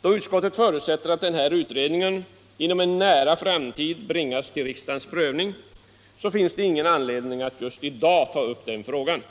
Då utskottet förutsätter att denna utredning inom en nära framtid bringas till riksdagens prövning finns det ingen anledning att just i dag ta upp den frågan.